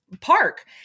park